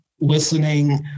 listening